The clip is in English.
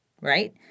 right